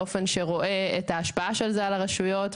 באופן שרואה את ההשפעה של זה על הרשויות,